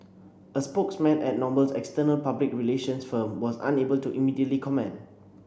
a spokesman at Noble's external public relations firm was unable to immediately comment